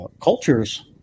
cultures